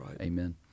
Amen